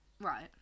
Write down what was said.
Right